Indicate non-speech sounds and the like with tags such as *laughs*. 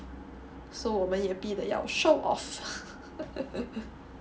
so 我们也逼得要 show off *laughs*